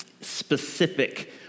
specific